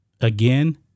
again